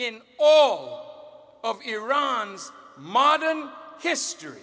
in all of iran modern history